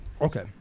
Okay